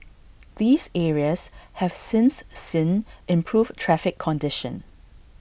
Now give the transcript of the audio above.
these areas have since seen improved traffic conditions